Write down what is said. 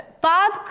Bob